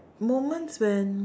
moments when